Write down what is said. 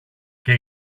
και